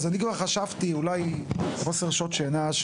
אז אני כבר חשבתי אולי חוסר שעות שינה,